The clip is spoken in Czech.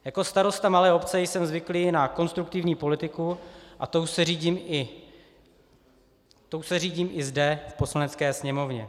Jako starosta malé obce jsem zvyklý na konstruktivní politiku a tou se řídím i zde v Poslanecké sněmovně.